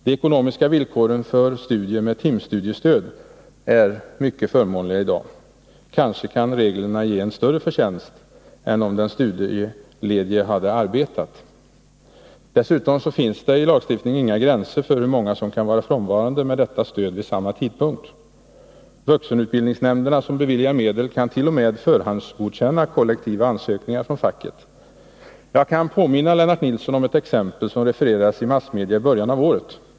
De ekonomiska villkoren för studier med timstudiestöd är mycket förmånliga i dag. Kanske kan reglerna ge större förtjänst än om den studieledige hade arbetat. Dessutom finns det i lagstiftningen inga gränser för hur många som kan vara frånvarande med detta stöd vid samma tidpunkt. Vuxenutbildningsnämnderna, som beviljar medel, kant.o.m. förhandsgodkänna kollektiva anslutningar från facket. Jag kan påminna Lennart Nilsson om ett exempel som refererats i massmedia i början av året.